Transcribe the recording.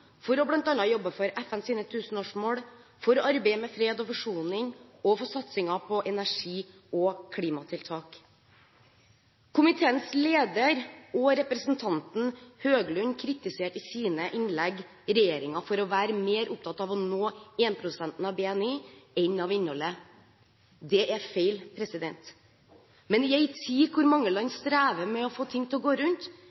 internasjonalt, bl.a. å jobbe for FNs tusenårsmål, for arbeidet med fred og forsoning og for satsingen på energi- og klimatiltak. Komiteens leder og representanten Høglund kritiserte i sine innlegg regjeringen for å være mer opptatt av å nå 1 pst. av BNI enn av innholdet. Det er feil. Men i en tid da mange